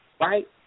right